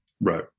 right